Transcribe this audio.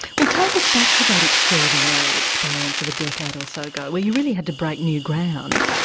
well take us back to that extraordinary experience of a decade or so ago where you really had to break new ground.